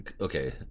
Okay